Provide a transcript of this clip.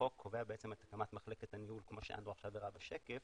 קובע את הקמת מחלקת הניהול כמו שאנדרו הראה בשקף.